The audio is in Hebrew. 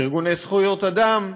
ארגוני זכויות אדם.